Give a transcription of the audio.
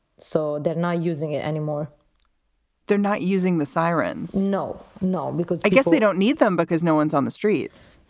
so they're not using it anymore they're not using the sirens. no. no. because i guess they don't need them because no one's on the streets.